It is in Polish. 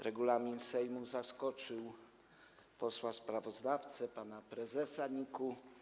Regulamin Sejmu zaskoczył posła sprawozdawcę, pana prezesa NIK-u.